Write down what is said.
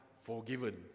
forgiven